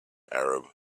arab